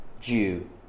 Jew